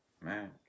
Man